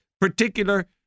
particular